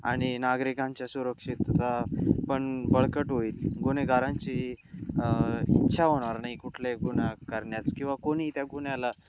आणि नागरिकांच्या सुरक्षितता पण बळकट होईल गुन्हेगारांची इच्छा होणार नाही कुठल्या गुन्हा करण्यास किंवा कोणी त्या गुन्ह्याला